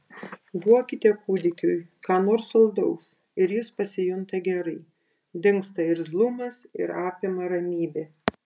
duokite kūdikiui ką nors saldaus ir jis pasijunta gerai dingsta irzlumas ir apima ramybė